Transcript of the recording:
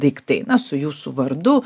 daiktai na su jūsų vardu